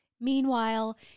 Meanwhile